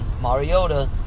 Mariota